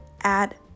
add